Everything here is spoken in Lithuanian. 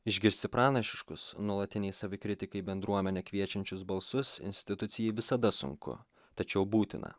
išgirsti pranašiškus nuolatinei savikritikai bendruomenę kviečiančius balsus institucijai visada sunku tačiau būtina